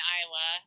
Iowa